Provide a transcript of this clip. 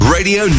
Radio